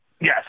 Yes